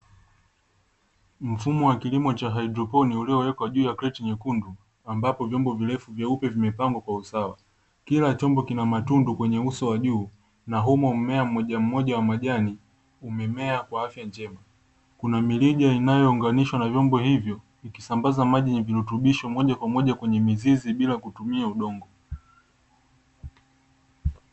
Mfumo wa kilimo cha hadroponi, uliowekwa juu ya kreti nyekundu, ambapo vyombo virefu vyeupe vimepangwa kwa usawa. Kila chombo kina matundu kwenye uso wa juu, na humo mmea mmoja mmoja wa majani umemea kwa afya njema. Kuna mirija inayoonganishwa na vyombo hivyo, ikisambaza maji yenye virutubisho moja kwa moja kwenye mizizi bila kutumia udongo.